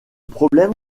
problème